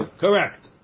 Correct